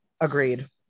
Agreed